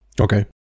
Okay